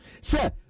sir